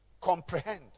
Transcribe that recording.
comprehend